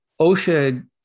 OSHA